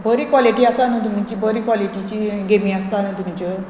बरी कॉलिटी आसा न्हू तुमची बरी कॉलिटीची गेमी आसता न्हू तुमच्यो